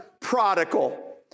prodigal